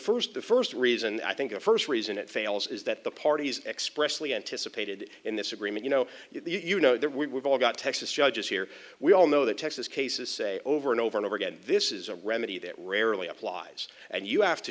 first the first reason i think the first reason it fails is that the parties expressly anticipated in this agreement you know you know they're we've all got texas judges here we all know the texas cases say over and over and over again this is a remedy that rarely applies and you have to